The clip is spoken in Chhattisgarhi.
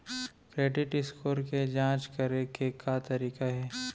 क्रेडिट स्कोर के जाँच करे के का तरीका हे?